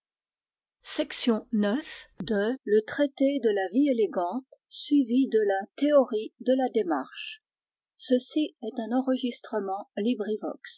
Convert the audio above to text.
la théorie de la démarche traité de la vie élégante suivi de la théorie de la démarche table of contents pages